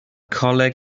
coleg